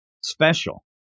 special